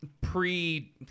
pre